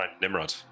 Nimrod